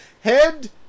head